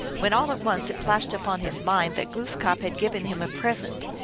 when all at once it flashed upon his mind that glooskap had given him a present,